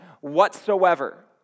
whatsoever